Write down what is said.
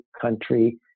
country